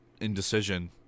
indecision